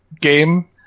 game